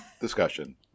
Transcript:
discussion